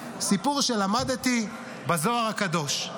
סיפור שלמדתי בזוהר הקדוש,